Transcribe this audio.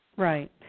Right